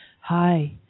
hi